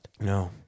No